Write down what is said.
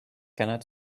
cannot